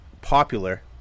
popular